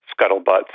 scuttlebutt